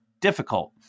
difficult